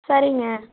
சரிங்க